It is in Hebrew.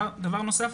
דבר נוסף,